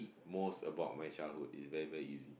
most about my childhood is very very easy